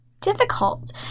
difficult